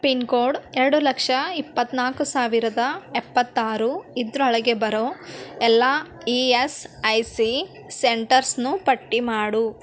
pin code ಎರಡು ಲಕ್ಷ ಇಪ್ಪತ್ತ್ನಾಲ್ಕು ಸಾವಿರದ ಎಪ್ಪತ್ತಾರು ಇದರೊಳಗೆ ಬರೊ ಎಲ್ಲ ಇ ಎಸ್ ಐ ಸಿ ಸೆಂಟರ್ಸ್ನು ಪಟ್ಟಿ ಮಾಡು